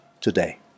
today